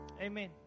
Amen